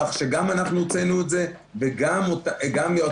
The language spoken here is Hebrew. כך שגם אנחנו הוצאנו את זה וגם יועצי